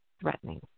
threatening